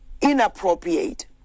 inappropriate